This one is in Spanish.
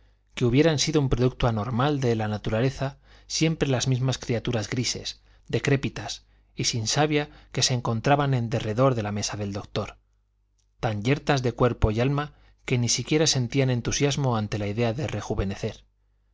que hubieran sido un producto anormal de la naturaleza siempre las mismas criaturas grises decrépitas y sin savia que se encontraban en derredor de la mesa del doctor tan yertas de cuerpo y alma que ni siquiera sentían entusiasmo ante la idea de rejuvenecer